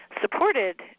supported